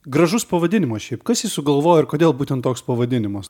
gražus pavadinimas šiaip kas jį sugalvojo ir kodėl būtent toks pavadinimas